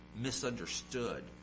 misunderstood